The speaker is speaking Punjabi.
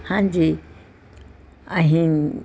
ਹਾਂਜੀ ਅਸੀਂ